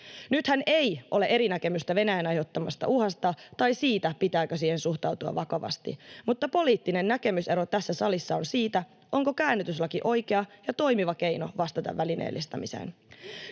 Nythän ei ole eri näkemystä Venäjän aiheuttamasta uhasta tai siitä, pitääkö siihen suhtautua vakavasti, mutta poliittinen näkemysero tässä salissa on siitä, onko käännytyslaki oikea ja toimiva keino vastata välineellistämiseen.